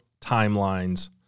timelines